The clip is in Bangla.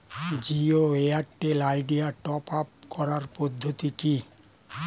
জিও এয়ারটেল আইডিয়া টপ আপ করার পদ্ধতি কি?